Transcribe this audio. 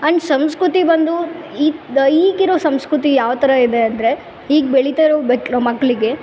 and ಸಂಸ್ಕೃತಿ ಬಂದು ಇದು ಈಗಿರೋ ಸಂಸ್ಕೃತಿ ಯಾವ ಥರ ಇದೆ ಅಂದರೆ ಈಗ ಬೆಳೀತಾಯಿರೋ ಮಕ್ಳು ಮಕ್ಕಳಿಗೆ